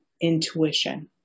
intuition